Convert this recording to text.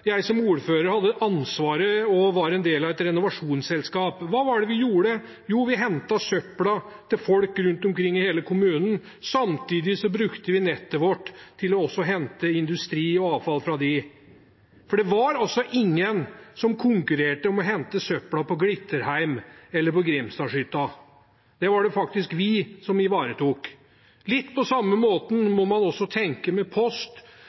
da jeg som ordfører hadde ansvar for og var en del av et renovasjonsselskap. Hva var det vi gjorde? Jo, vi hentet søpla til folk rundt omkring i hele kommunen, samtidig brukte vi nettet vårt mot industrien for også å hente industriavfall fra dem, for det var ingen som konkurrerte om å hente søpla på Glitterheim eller Grimsdalshytta. Det var det faktisk vi som ivaretok. Litt på samme måte må man også tenke når det gjelder post.